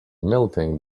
melting